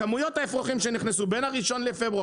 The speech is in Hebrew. כמות האפרוחים שנכנסו בין ה-1 לפברואר